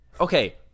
Okay